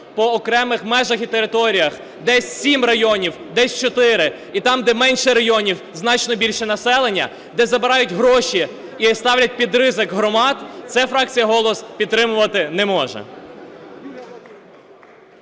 по окремих межах і територіях: десь 7 районі, десь 4, і там, де менше районів значно більше населення, де забирають гроші і ставлять під ризик громад, - це фракція "Голос" підтримувати не може.